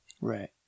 Right